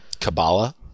Kabbalah